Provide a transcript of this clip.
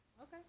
Okay